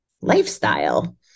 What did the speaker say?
lifestyle